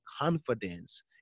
confidence